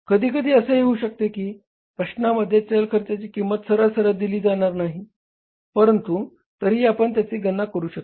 कधी कधी असेही होऊ शकते की प्रश्नामध्ये चल खर्चाची किंमत सरळ सरळ दिली जाणार नाही परंतु तरीही आपण त्याची गणना करू शकता